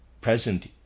present